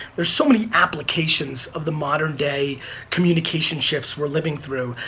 there's so many applications of the modern day communication shifts we're living through,